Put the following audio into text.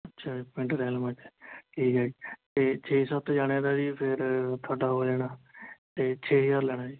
ਅੱਛਾ ਜੀ ਪਿੰਡ ਰੈਲ ਮਾਜਰਾ ਠੀਕ ਹੈ ਜੀ ਅਤੇ ਛੇ ਸੱਤ ਜਣਿਆ ਦਾ ਜੀ ਫਿਰ ਤੁਹਾਡਾ ਹੋ ਜਾਣਾ ਅਤੇ ਛੇ ਹਜ਼ਾਰ ਲੈਣਾ ਜੀ